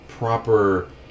proper